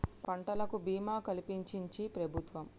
పంటలకు భీమా కలిపించించి ప్రభుత్వం